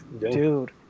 dude